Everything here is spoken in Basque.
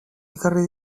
ekarri